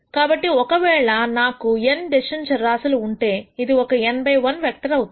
కాబట్టి ఒకవేళ నాకు n డెసిషన్ చరరాశులుఉంటే ఇది ఒక n బై 1 వెక్టర్ అవుతుంది